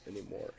anymore